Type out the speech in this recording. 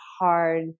hard